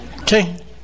Okay